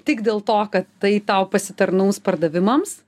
tik dėl to kad tai tau pasitarnaus pardavimams